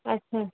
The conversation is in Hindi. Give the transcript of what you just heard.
अच्छा